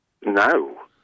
No